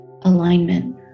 alignment